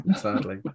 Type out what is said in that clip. sadly